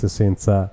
senza